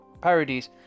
parodies